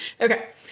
Okay